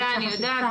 זה אני יודעת,